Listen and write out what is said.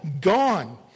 gone